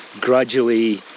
gradually